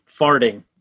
farting